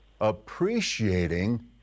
appreciating